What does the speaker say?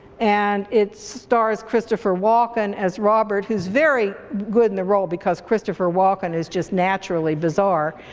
and it stars christopher walken as robert, who's very good in the role because christopher walken is just naturally bizarre,